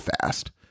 fast